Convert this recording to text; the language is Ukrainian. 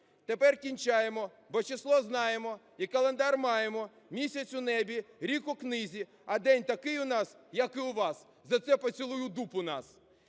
Тепер кінчаємо, бо число знаємо і календар маємо. Місяць – у небі, рік – у книзі, а день такий у нас, як і у вас. За це поцілуй у дупу нас".